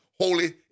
holy